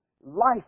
life